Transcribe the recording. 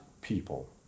people